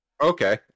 Okay